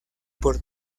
por